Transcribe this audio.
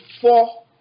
four